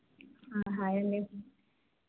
hello hi అండి